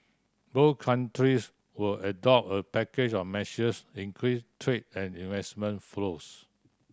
both countries will adopt a package of measures increase trade and investment flows